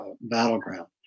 battleground